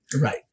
Right